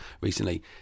recently